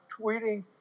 tweeting